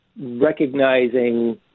recognizing